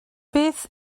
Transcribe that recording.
beth